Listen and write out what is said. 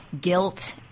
guilt